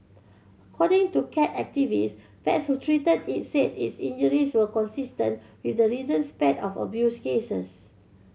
according to cat activists vets who treated it said its injuries were consistent with the recent spate of abuse cases